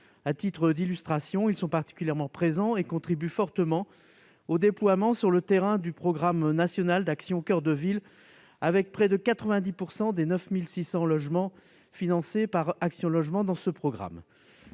À titre d'illustration, ils sont particulièrement présents et contribuent fortement au déploiement sur le terrain du programme national Action coeur de ville, avec près de 90 % des 9 600 logements financés par Action Logement. Le succès des